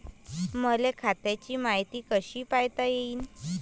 मले खात्याची मायती कशी पायता येईन?